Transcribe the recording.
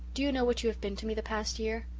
do you know what you have been to me the past year?